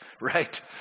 right